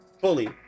fully